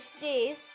days